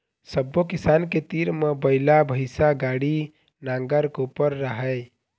सब्बो किसान के तीर म बइला, भइसा, गाड़ी, नांगर, कोपर राहय